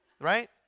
Right